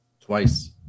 Twice